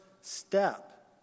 step